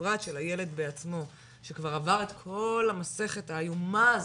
ובפרט של הילד בעצמו שכבר עבר את כל המסכת האיומה הזאת,